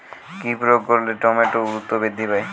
কি প্রয়োগ করলে টমেটো দ্রুত বৃদ্ধি পায়?